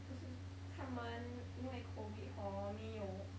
不是他们因为 COVID hor 没有